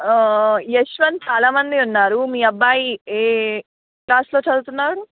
యశ్వంత్ చాలామంది ఉన్నారు మీ అబ్బాయి ఏ క్లాస్ లో చదువుతున్నారు